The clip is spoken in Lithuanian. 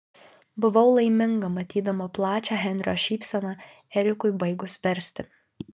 buvau laiminga matydama plačią henrio šypseną erikui baigus versti